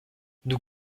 nous